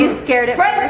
and scared at